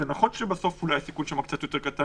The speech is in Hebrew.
זה נכון שבסוף אולי הסיכון שם הוא קצת יותר קטן